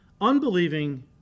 unbelieving